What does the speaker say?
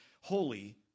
holy